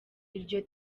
iryo